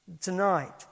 tonight